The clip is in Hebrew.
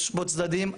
יש בו צדדים עדיפים,